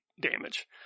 damage